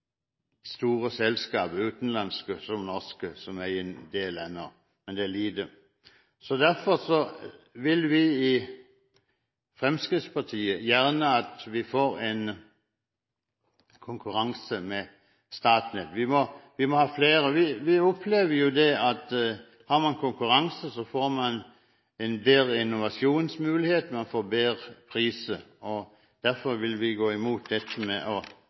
store selskaper, utenlandske som norske, som eier en del ennå, men det er lite. Derfor vil vi i Fremskrittspartiet gjerne at Statnett får konkurranse. Vi må ha flere – vi opplever jo at har man konkurranse, får man bedre innovasjonsmuligheter og bedre priser. Derfor vil vi gå imot